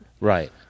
Right